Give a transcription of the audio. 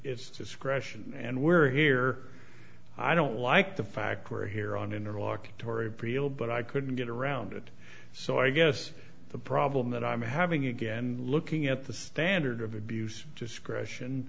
its discretion and we're here i don't like the fact we're here on in iraq torie prevail but i couldn't get around it so i guess the problem that i'm having again looking at the standard of abuse discretion